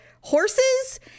horses